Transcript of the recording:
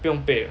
不用备的